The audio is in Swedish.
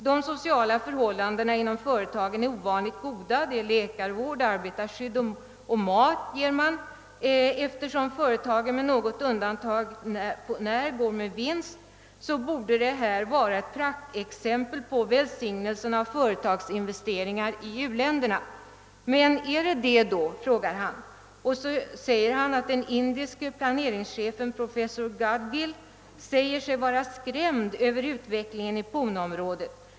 De sociala förhållandena inom företagen är ovanligt goda, där ger man läkarvård, arbetarskydd och mat. Eftersom företagen på något undantag när går med vinst, borde detta vara ett praktexempel på välsignelsen av företagsinvesteringar i u-länderna. Men är det så, frågar artikelförfattaren. Han nämner att den indiske planeringschefen professor Gadgil säger sig vara skrämd över utvecklingen i Poonaområdet.